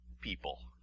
people